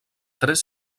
tres